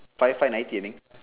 five five ninety I think